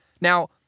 Now